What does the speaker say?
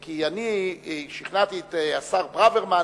כי אני שכנעתי את השר ברוורמן,